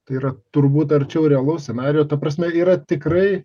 tai yra turbūt arčiau realaus scenarijo ta prasme yra tikrai